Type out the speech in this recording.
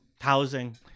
Housing